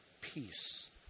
peace